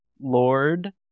Lord